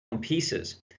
pieces